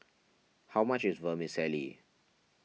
how much is Vermicelli